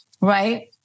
right